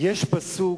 יש פסוק: